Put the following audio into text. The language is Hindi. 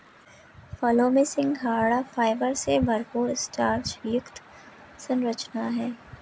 फलों में सिंघाड़ा फाइबर से भरपूर स्टार्च युक्त संरचना है